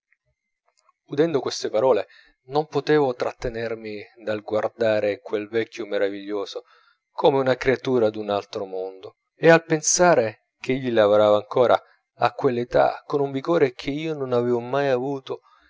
udendo queste parole non potevo trattenermi dal guardare quel vecchio meraviglioso come una creatura d'un altro mondo e al pensare ch'egli lavorava ancora a quell'età con un vigore che io non avevo mai avuto